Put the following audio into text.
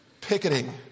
Picketing